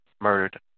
murdered